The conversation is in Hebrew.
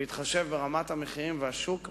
בהתחשב ברמת המחירים והשוק באזור.